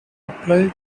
apply